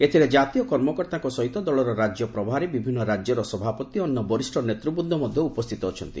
ଏଥିରେ ଜାତୀୟ କର୍ମକର୍ତ୍ତାଙ୍କ ସହିତ ଦଳର ରାଜ୍ୟ ପ୍ରଭାରୀ ବିଭିନ୍ନ ରାଜ୍ୟର ସଭାପତି ଓ ଅନ୍ୟ ବରିଷ୍ଣ ନେତୂବନ୍ଦ ମଧ୍ୟ ଉପସ୍ଥିତ ଅଛନ୍ତି